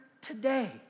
today